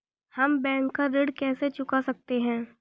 हम बैंक का ऋण कैसे चुका सकते हैं?